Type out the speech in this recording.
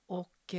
och